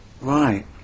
Right